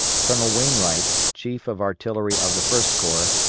colonel wainwright, chief of artillery of the first corps,